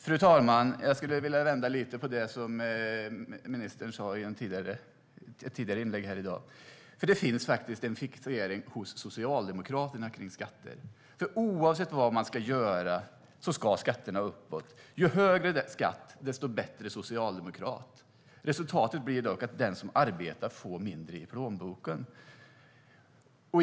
Fru talman! Jag vill vända lite på det ministern sa i ett tidigare inlägg här i dag. Det finns en fixering hos Socialdemokraterna vid skatter. Oavsett vad man ska göra ska skatterna uppåt. Ju högre skatt, desto bättre socialdemokrat. Resultatet blir dock att den som arbetar får mindre i plånboken.